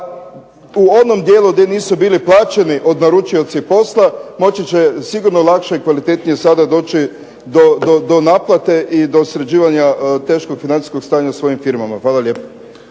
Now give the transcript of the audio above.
u onom dijelu gdje nisu bili plaćeni od naručioci posla moći će sigurno lakše i kvalitetnije sada doći do naplate i do sređivanja teškog financijskog stanja u svojim firmama. Hvala lijepo.